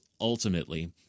ultimately